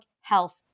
health